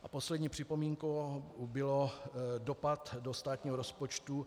A poslední připomínkou byl dopad do státního rozpočtu.